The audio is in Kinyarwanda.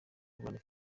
rwanda